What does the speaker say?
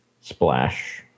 Splash